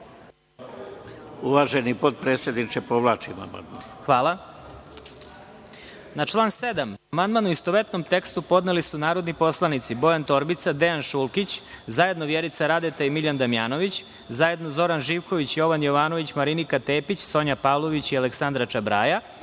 **Vladimir Marinković** Hvala. Na član 7. amandman, u istovetnom tekstu, podneli su narodni poslanici Bojan Torbica, Dejan Šulkić, zajedno Vjerica Radeta i Miljan Damjanović, zajedno Zoran Živković, Jovan Jovanović, Marinika Tepić, Sonja Pavlović i Aleksandra Čabraja